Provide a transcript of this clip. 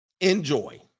Enjoy